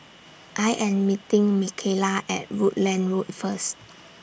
I Am meeting Micaela At Rutland Road First